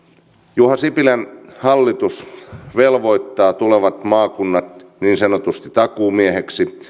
juha sipilän hallitus velvoittaa tulevat maakunnat niin sanotusti takuumieheksi